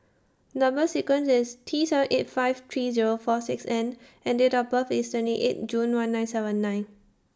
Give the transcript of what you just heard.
Number sequence IS T seven eight five three Zero four six N and Date of birth IS twenty eight June one nine seven nine